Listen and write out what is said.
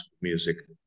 music